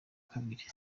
kabiri